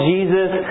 Jesus